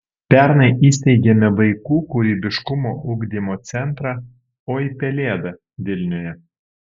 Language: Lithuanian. pernai įsteigėme vaikų kūrybiškumo ugdymo centrą oi pelėda vilniuje